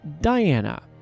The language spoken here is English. Diana